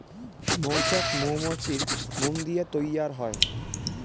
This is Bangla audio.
মৌচাক মৌমাছির মোম দিয়া তৈয়ার হই